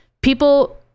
people